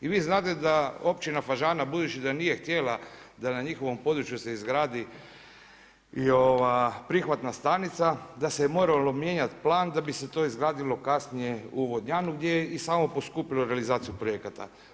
I vi znate da općina Fažana budući da nije htjela da na njihovom području se izgradi i prihvatna stanica, da se je moralo mijenjati plan da bi se to izgradilo kasnije u Vodnjanu gdje je i samo poskupilo realizaciju projekata.